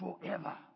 forever